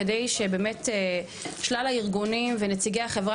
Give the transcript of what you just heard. כדי שבאמת שלל הארגונים ונציגי החברה